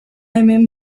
hemen